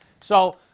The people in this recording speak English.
So-